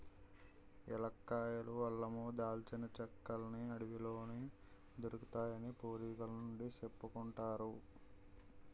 ఏలక్కాయలు, అల్లమూ, దాల్చిన చెక్కలన్నీ అడవిలోనే దొరుకుతాయని పూర్వికుల నుండీ సెప్పుకుంటారు